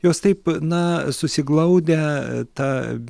jos taip na susiglaudę ta